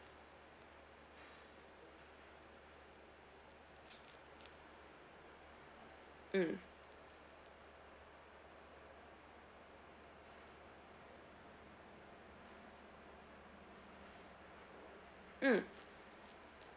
mm mm